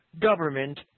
government